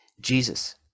Jesus